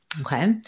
Okay